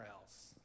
else